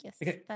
yes